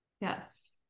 yes